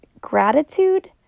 gratitude